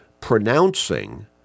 pronouncing